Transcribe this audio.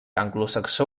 anglosaxó